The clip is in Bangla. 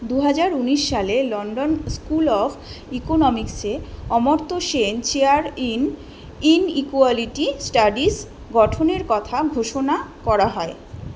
দু হাজার উনিশ সালে লন্ডন স্কুল অফ ইকোনমিক্সে Amartya Sen chair in inequality studies গঠনের কথা ঘোষণা করা হয়